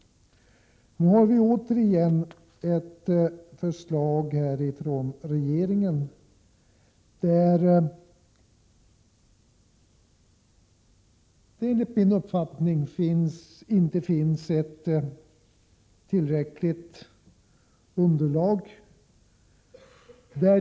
Nu har vi igen från regeringen fått ett förslag, där det enligt min mening inte finns tillräckligt underlag.